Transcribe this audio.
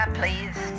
please